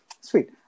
sweet